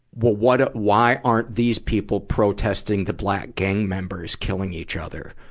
what what a, why aren't these people protesting the black gang members killing each other?